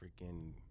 freaking